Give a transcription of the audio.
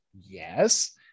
Yes